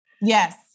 Yes